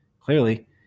Clearly